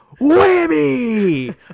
Whammy